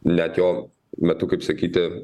net jo metu kaip sakyti